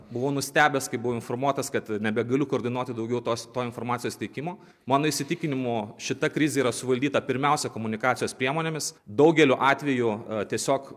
buvau nustebęs kai buvo informuotas kad nebegaliu koordinuoti daugiau tos informacijos teikimo mano įsitikinimu šita krizė yra suvaldyta pirmiausia komunikacijos priemonėmis daugeliu atvejų tiesiog